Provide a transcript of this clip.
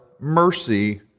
mercy